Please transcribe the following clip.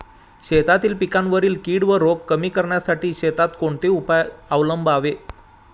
शेतातील पिकांवरील कीड व रोग कमी करण्यासाठी शेतात कोणते उपाय अवलंबावे?